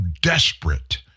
desperate